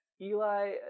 Eli